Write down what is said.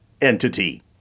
entity